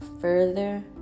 further